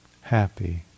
happy